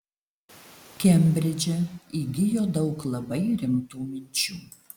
kembridže įgijo daug labai rimtų minčių